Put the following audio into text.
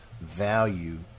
value